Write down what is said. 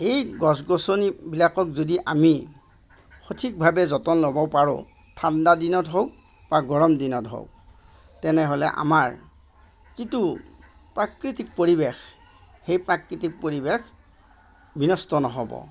এই গছ গছনি বিলাকক যদি আমি সঠিকভাৱে যতন ল'ব পাৰো ঠাণ্ডা দিনত হওক বা গৰম দিনত হওক তেনেহ'লে আমাৰ যিটো প্ৰাকৃতিক পৰিৱেশ সেই প্ৰাকৃতিক পৰিৱেশ বিনষ্ট নহ'ব